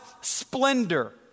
splendor